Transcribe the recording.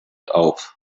auf